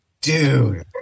Dude